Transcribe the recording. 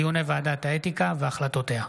דיוני ועדת האתיקה והחלטותיה.